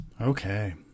Okay